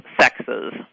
sexes